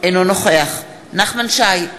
אינו נוכח נחמן שי,